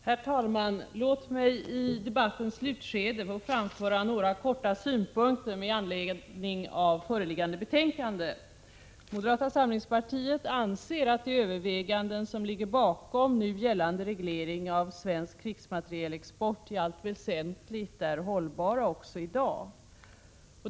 Herr talman! Låt mig i debattens slutskede framföra några kortfattade synpunkter med anledning av föreliggande betänkande. Moderata samlingspartiet anser att de överväganden som ligger bakom nu gällande reglering av svensk krigsmaterielexport i allt väsentligt är hållbara också i dag.